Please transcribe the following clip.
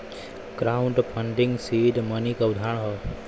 crowd funding seed money क उदाहरण हौ